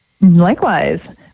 Likewise